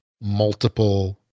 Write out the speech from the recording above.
multiple